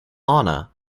anna